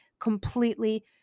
completely